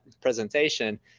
presentation